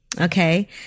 Okay